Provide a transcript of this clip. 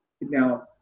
Now